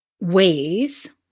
ways